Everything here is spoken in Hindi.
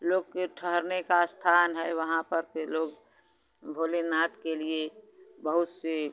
लोग के ठहरने का स्थान है वहाँ पर के लोग भोलेनाथ के लिए बहुत सी